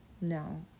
no